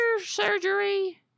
surgery